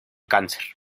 cáncer